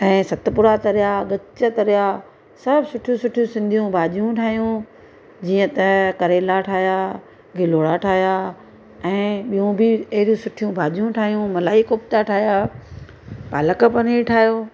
ऐं सतपुरा तरया गच तरया सभु सुठियूं सुठियूं सिंधियूं भाॼियूं ठाहियूं जीअं त करेला ठाहिया गिलोरा ठाहिया ऐं ॿियूं बि अहिड़ी सुठियूं भाॼियूं ठाहियूं मलाई कोफ्ता ठाहिया पालक पनीर ठाहियो